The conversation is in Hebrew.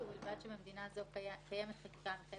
או אישור של עורך דין על קיומו של החיקוק,